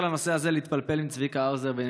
לא כתובה פה המילה "לאום".